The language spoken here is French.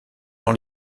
dans